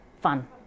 fun